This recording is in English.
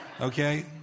Okay